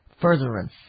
furtherance